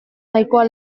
nahikoa